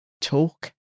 talk